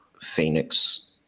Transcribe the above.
Phoenix